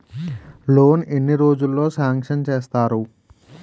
Loan ఎన్ని రోజుల్లో sanction చేస్తారు?